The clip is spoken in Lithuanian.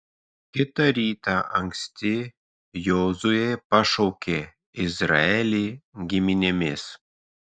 kitą rytą anksti jozuė pašaukė izraelį giminėmis